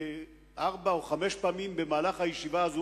ארבע או חמש פעמים במהלך הישיבה הזו,